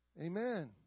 Amen